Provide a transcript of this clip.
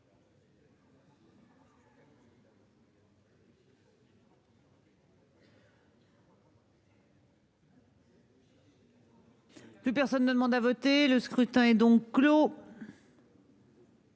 Plus personne ne demande à voter Le scrutin est donc clos.